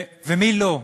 ומי לא,